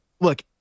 look